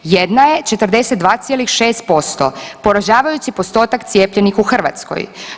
Jedna je 42,6 poražavajući postotak cijepljenih u Hrvatskoj.